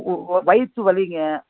ஒ ஒ வயிற்று வலிங்க